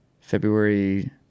February